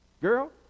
girl